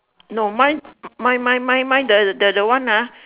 no mine mine mine mine mine the the one